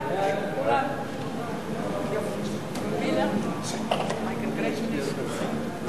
ההצעה להעביר את הצעת חוק הרשויות המקומיות (בחירות)